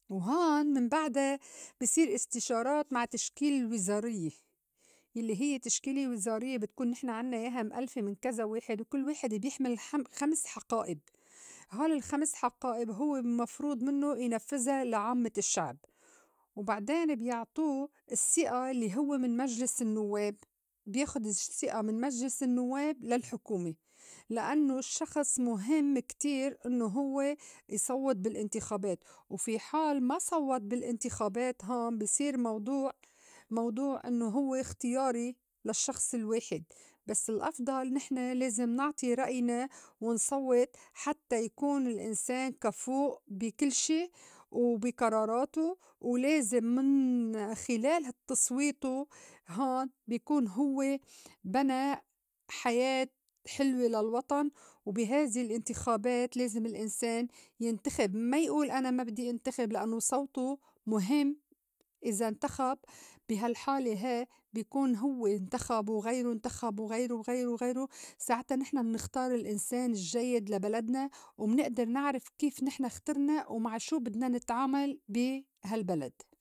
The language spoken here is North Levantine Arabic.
وهون من بعدا بي صير استشارات مع تشكيل الوزاريّة. يلّي هيّ تشكيلة وزاريّة بتكون نحن عنّا يّاها مألفه من كزا واحد وكل واحد بيحمل حم- خمس حقائب. هول الخمس حقائب هوّ المفروض منّو ينفّذا لعامّة الشّعب. وبعدين بيعطو الثقة يلّي هوّ من مجلس النوّاب بياخُد الثقة من مجلس النوّاب للحكومة. لأنوا الشّخص مُهم كتير إنّو هوّ يصوّت بالانتخابات، وفي حال ما صوّت بالانتخابات هون بصير موضوع- موضوع إنّو هوّ اختياري للشّخص الواحد. بس الأفضل نحن لازم نعطي رأينا ونصوّت حتّى يكون الإنسان كفوء بي كل شي وبي قراراته ولازم من خِلال هال تصويته هون بي كون هوّ بنى حياة حلوة للوطن. وبي هذه الانتخابات لازم الإنسان ينتخب ما يقول أنا ما بدّي انتخب لأنوا صوته مُهم إذا انتخب، بي هالحالة ها بكون هوّ انتخب وغيروا انتخب وغيروا وغيروا وغيروا ساعتا نحن منختار الإنسان الجيّد لبلدنا ومنئدر نعرِف كيف نحن اخترنا ومع شو بدنا نتعامل بي هالبلد.